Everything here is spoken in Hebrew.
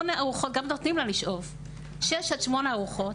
6-8 ארוחות